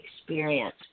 experience